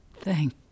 thank